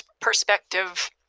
perspective